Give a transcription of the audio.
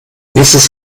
nächstes